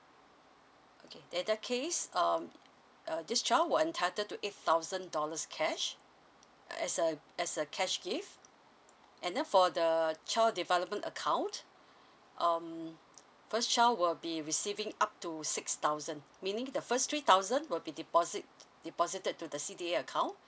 okay then that case um uh this child will entitled to eight thousand dollars cash uh as a as a cash gift and then for the child development account um first child will be receiving up to six thousand meaning the first three thousand will be deposit deposited to the C_T_A account